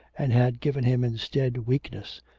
and had given him instead weakness,